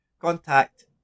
Contact